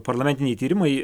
parlamentiniai tyrimai